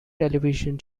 television